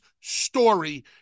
story